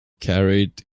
carried